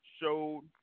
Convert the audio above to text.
showed